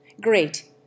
great